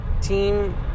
team